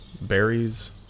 Berries